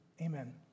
Amen